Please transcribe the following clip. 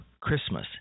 Christmas